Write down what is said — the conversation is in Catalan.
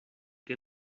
que